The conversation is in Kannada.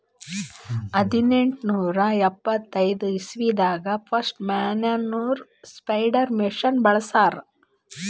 ಹದ್ನೆಂಟನೂರಾ ಎಪ್ಪತೈದ್ ಇಸ್ವಿದಾಗ್ ಫಸ್ಟ್ ಮ್ಯಾನ್ಯೂರ್ ಸ್ಪ್ರೆಡರ್ ಮಷಿನ್ ಬಳ್ಸಿರು